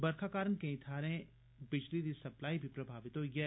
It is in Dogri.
बरखा कारण केई इलाकें च बिजली दी सप्लाई बी प्रभावत होई ऐ